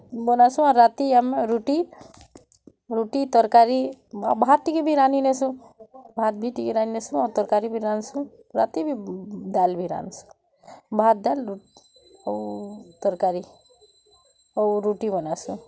ବନାସୁଁ ରାତି ଆମ ରୁଟି ରୁଟି ତରକୀରୀ ଭାତ୍ ଟିକେ ବି ରାନ୍ଧି ନେସୁଁ ଭାତ୍ ବି ଟିକେ ରାନ୍ଧି ନେସୁଁ ଆଉ ତରକାରୀ ବି ରାନ୍ଧ୍ସୁଁ ରାତି ବି ଡାଲ୍ ବି ରାନ୍ଧ୍ସୁଁ ଭାତ୍ ଡାଲ୍ ଆଉ ତରକାରୀ ଆଉ ରୁଟି ବନାସୁଁ